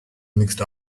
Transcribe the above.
mixed